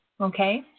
okay